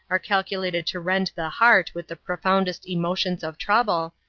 are calculated to rend the heart with the profoundest emotions of trouble,